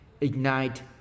Ignite